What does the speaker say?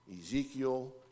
Ezekiel